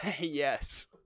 Yes